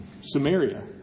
Samaria